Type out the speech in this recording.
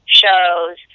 shows